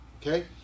Okay